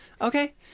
Okay